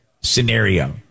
scenario